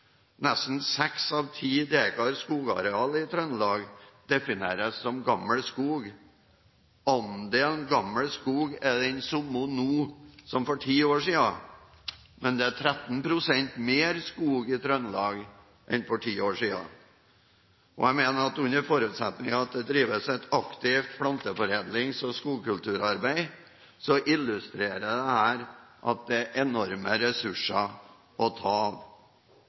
Nesten 6 av 10 dekar skogareal i Trøndelag defineres som gammel skog. Andelen gammel skog er den samme nå som for ti år siden, men det er 13 pst. mer skog i Trøndelag nå enn for ti år siden. Jeg mener at under forutsetning av at det drives et aktivt planteforedlings- og skogkulturarbeid, illustrerer dette at det er enorme ressurser å ta av.